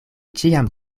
ĉiam